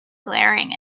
glaring